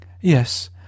Yes